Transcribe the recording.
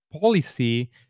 policy